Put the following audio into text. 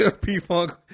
P-Funk